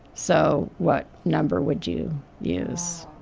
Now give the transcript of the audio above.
so what number would you use?